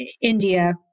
India